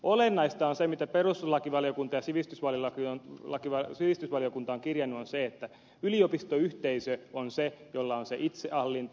olennaista on mitä perustuslakivaliokunta ja sivistysvaliokunta ovat kirjanneet että yliopistoyhteisö on se jolla on itsehallinto